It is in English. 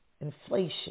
inflation